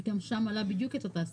כי גם שם עלתה בדיוק אותה סוגיה.